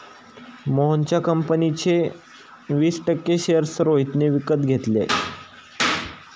मोहनच्या कंपनीचे वीस टक्के शेअर्स रोहितने विकत घेतले